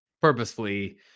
purposefully